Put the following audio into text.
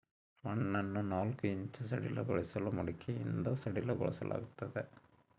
ಮಣ್ಣನ್ನು ನಾಲ್ಕು ಇಂಚು ಸಡಿಲಗೊಳಿಸಲು ಮಡಿಕೆಯಿಂದ ಸಡಿಲಗೊಳಿಸಲಾಗ್ತದೆ